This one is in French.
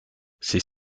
ses